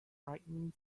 frightening